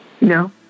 No